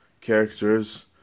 characters